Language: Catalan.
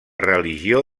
religió